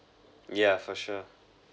yeah for sure